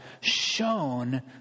shown